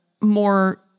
more